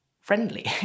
friendly